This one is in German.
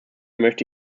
möchte